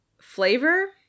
flavor